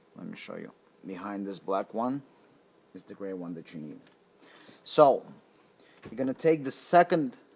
um show you behind this black one is the grey one that you need so you're gonna take the second